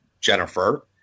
Jennifer